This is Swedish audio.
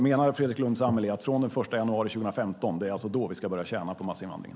Menar Fredrik Lundh Sammeli att vi från den 1 januari 2015 ska börja tjäna på massinvandringen?